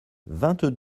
vingt